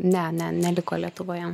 ne ne neliko lietuvoje